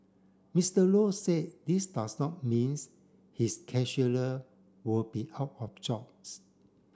Mister Low said this does not means his will be out of jobs